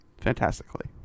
Fantastically